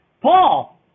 Paul